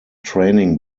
training